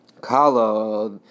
Kala